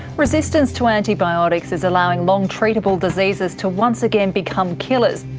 resistance to antibiotics is allowing long-treatable diseases to once again become killers.